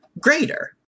greater